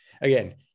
again